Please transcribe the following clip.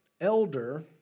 elder